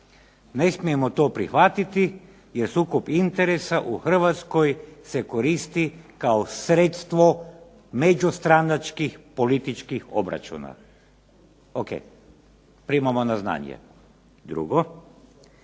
Ne smijemo to prihvatiti, jer sukob interesa u Hrvatskoj se koristi kao sredstvo međustranačkih političkih obračuna. O.k. primamo na znanje. Drugo.